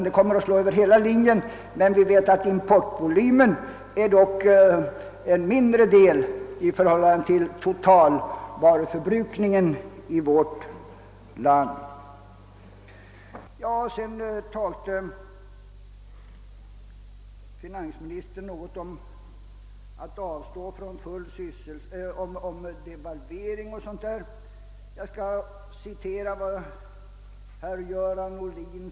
Det kommer att slå över hela linjen, men vi vet att importen dock utgör en mindre del av vår totalvaruförbrukning. Vidare talade finansministern om devalvering och sådant. Jag vill i detta sammanhang fortsätta att citera herr Göran Ohlin.